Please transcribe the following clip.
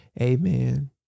Amen